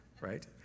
Right